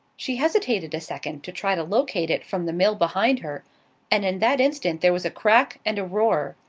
she hesitated a second to try to locate it from the mill behind her and in that instant there was a crack and a roar,